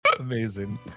Amazing